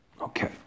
Okay